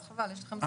אז חבל, יש לכם זמן.